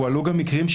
הועלו גם מקרים,